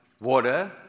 water